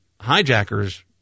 hijackers